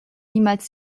niemals